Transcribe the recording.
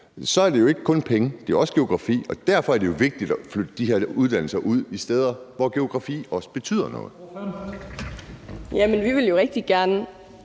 Så det er jo ikke kun penge; det er også geografi, og derfor er det jo vigtigt at flytte de her uddannelser ud til de steder, hvor geografi også betyder noget.